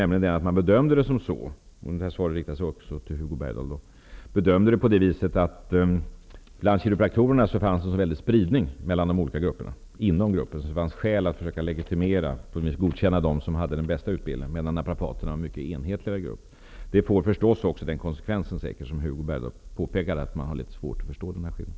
Man bedömde då -- det här svaret riktar sig också till Hugo Bergdahl -- att det fanns en stor spridning inom gruppen kiropraktorer. Det fanns skäl att godkänna de som hade den bästa utbildningen. Naprapaterna är en mycket enhetligare grupp. Det får förstås den konsekvens som Hugo Bergdahl påpekade, nämligen att det är litet svårt att förstå skillnaden.